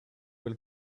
will